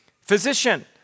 physician